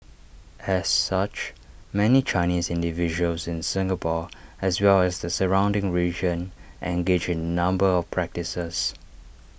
as such many Chinese individuals in Singapore as well as the surrounding region engage in A number of practices